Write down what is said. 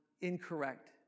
incorrect